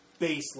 baseline